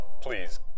please